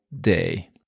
day